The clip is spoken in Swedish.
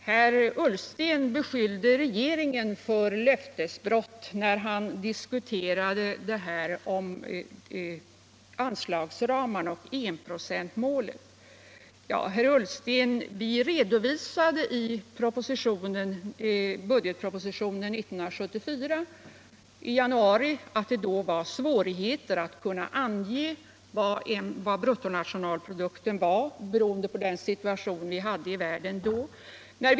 Herr Ullsten beskyllde regeringen för löftesbrott när han diskuterade anslagsramarna och enprocentsmålet. Vi redovisade i budgetpropositionen i januari 1974 att det var svårt att ange hur stor bruttonationalprodukten var. beroende på den situation som rådde i världen då.